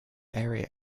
area